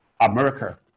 America